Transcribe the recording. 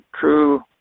true